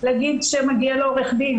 להגיד שמגיע לו עורך דין,